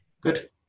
Good